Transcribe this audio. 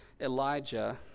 Elijah